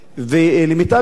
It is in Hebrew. למיטב ידיעתי,